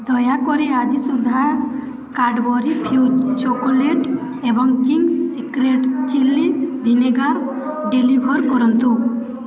ଦୟାକରି ଆଜି ସୁଦ୍ଧା କାଡ଼ବରି ଫ୍ୟୁଜ୍ ଚକୋଲେଟ୍ ଏବଂ Ching's Secret chilli vinegar deliver କରନ୍ତୁ